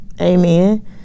Amen